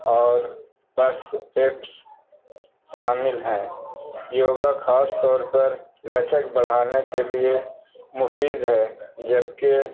اور پس ایپس شامل ہیں یوگا خاص طور پر لچک بڑھانے کے لیے مفید ہے جبکہ